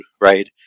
right